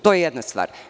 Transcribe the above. To je jedna stvar.